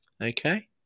okay